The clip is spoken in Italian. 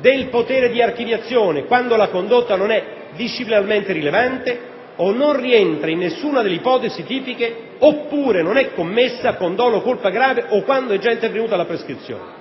del potere di archiviazione quando la condotta non è disciplinarmente rilevante o non rientra in nessuna delle ipotesi tipiche oppure non è commessa con dolo o colpa grave o quando è già intervenuta la prescrizione.